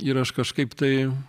ir aš kažkaip tai